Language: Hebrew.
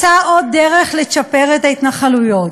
מצאה עוד דרך לצ'פר את ההתנחלויות.